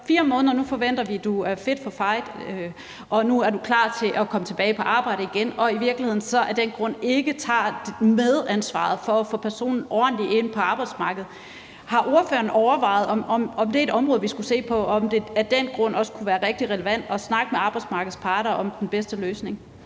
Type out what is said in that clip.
at man efter 4 måneder er fit for fight og klar til at komme tilbage på arbejde igen, og i virkeligheden af den grund ikke tager et medansvar for at få personen ordentligt ind på arbejdsmarkedet. Har ordføreren overvejet, om det er et område, vi skulle se på, og om det af den grund også kunne være rigtig relevant at snakke med arbejdsmarkedets parter om den bedste løsning?